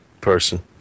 person